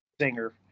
singer